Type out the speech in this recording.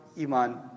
Iman